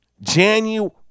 January